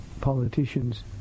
politicians